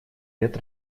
лет